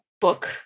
book